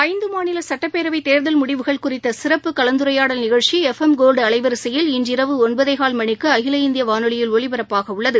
ஐந்து மாநில சுட்டப்பேரவைத் தேர்தல் முடிவுகள் குறித்த சிறப்பு கலந்துரையாடல் நிகழ்ச்சி எஃப் எம் கோல்டு அலைவரிசையில் இன்றிரவு ஒன்பதே கால் மணிக்கு அகில இந்திய வானொலியில் ஒலிபரப்பாக உள்ளது